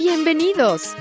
Bienvenidos